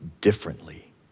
differently